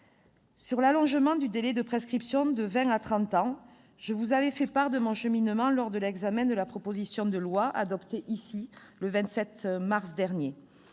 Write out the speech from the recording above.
Sur l'allongement du délai de prescription de vingt à trente ans, je vous avais fait part de mon cheminement lors de l'examen de la proposition de loi, adoptée au Sénat le 27 mars dernier.